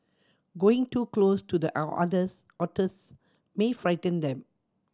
going too close to the otters may frighten them